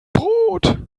brot